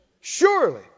Surely